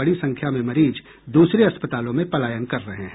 बड़ी संख्या में मरीज दूसरे अस्पतालों में पलायन कर रहे हैं